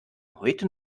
heute